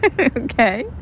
Okay